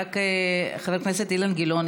חבר הכנסת אילן גילאון,